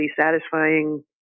satisfying